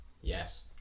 Yes